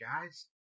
guys